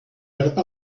verb